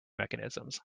mechanisms